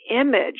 image